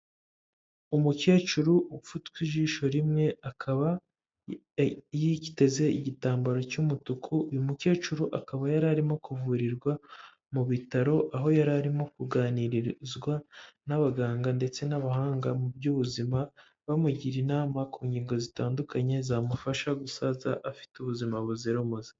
Umukecuru upfutswe ijisho rimwe, akaba yiteze igitambaro cy'umutuku, uyu mukecuru akaba yari arimo kuvurirwa mu bitaro, aho yari arimo kuganirizwa n'abaganga, ndetse n'abahanga mu by'ubuzima, bamugira inama ku ngingo zitandukanye, zamufasha gusaza afite ubuzima buzira umuze.